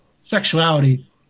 sexuality